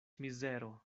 mizero